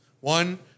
One